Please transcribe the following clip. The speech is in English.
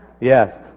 Yes